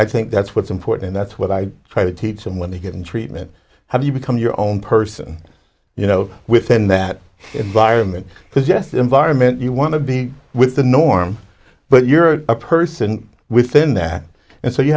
i think that's what's important and that's what i try to teach them when they get in treatment how do you become your own person you know within that environment because yes the environment you want to be with the norm but you're a person within that and so you